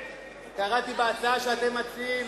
קראתי את ההצעה שאתם מציעים.